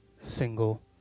single